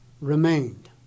remained